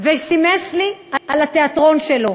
וסימס לי על התיאטרון שלו.